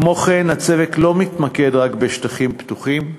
כמו כן, הצוות לא מתמקד רק בשטחים פתוחים,